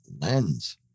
lens